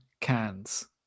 cans